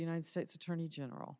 united states attorney general